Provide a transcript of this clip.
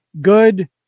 Good